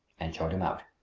and showed him out.